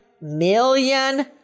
million